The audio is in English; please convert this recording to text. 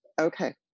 Okay